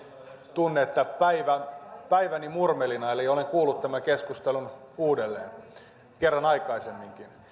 tunne että päiväni murmelina eli että olen kuullut tämän keskustelun kerran aikaisemminkin